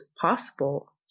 possible